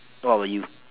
what about you